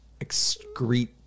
Excrete